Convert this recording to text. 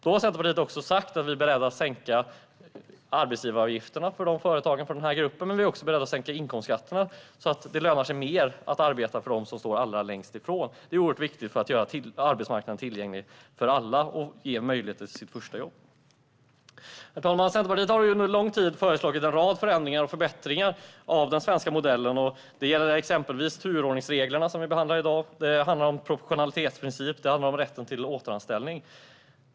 Vi i Centerpartiet har också sagt att vi är beredda att sänka arbetsgivaravgifterna för företagen när det gäller den här gruppen, men vi är även beredda att sänka inkomstskatterna så att det lönar sig mer att arbeta för dem som står allra längst ifrån arbetsmarknaden. Det är oerhört viktigt för att göra arbetsmarknaden tillgänglig för alla och ge människor möjlighet att få ett första jobb. Herr talman! Centerpartiet har under en lång tid föreslagit en rad förändringar och förbättringar av den svenska modellen. Det gäller exempelvis turordningsreglerna, som vi behandlar i dag. Det handlar om proportionalitetsprincipen och rätten till återanställning.